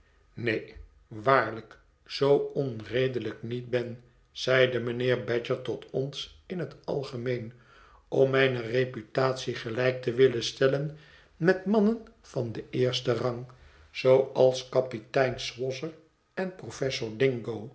neen waarlijk zoo onredelijk niet ben zeide mijnheer badger tot ons in het algemeen om mijne reputatie gelijk te willen stellen met mannen van den eersten rang zooals kapitein swosser en professor dingo